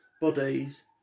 bodies